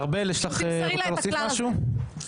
ארבל, רוצה להוסיף משהו?